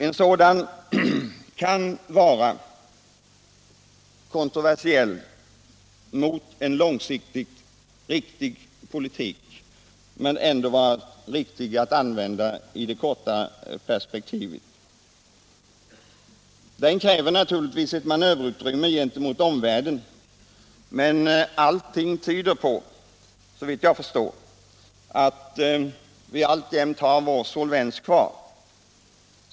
En sådan kan vara motsatt en långsiktigt riktig politik och ändå vara riktig i det kortare perspektivet. Den kräver naturligtvis ett manöverutrymme gentemot omvärlden, men allting tyder på att vi alltjämt har vår solvens kvar.